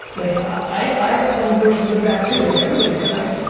like i have plenty versions of that too. like everybody's got it.